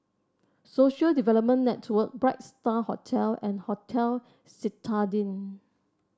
Social Development Network Bright Star Hotel and Hotel Citadine